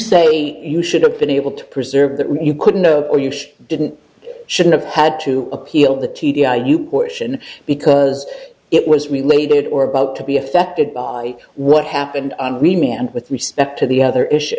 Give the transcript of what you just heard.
say you should have been able to preserve that when you couldn't or you didn't should have had to appeal the t d i you portion because it was related or about to be affected by what happened on mimi and with respect to the other issue